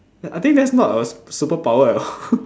I think that's not a superpower at all